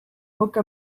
woke